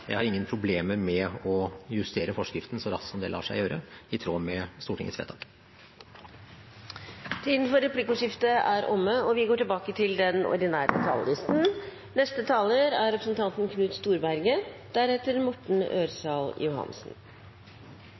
Jeg har ingen problemer med å justere forskriften så raskt som det lar seg gjøre, i tråd med Stortingets vedtak. Replikkordskiftet er omme.